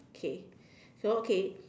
okay so okay